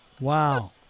Wow